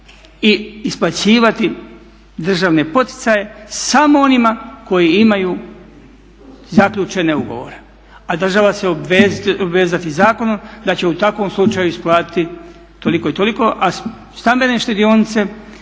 i isplaćivati državne poticaje samo onima koji imaju zaključene ugovore. A država će se obvezati zakonom da će u takvom slučaju isplatiti toliko i toliko a stambene štedionice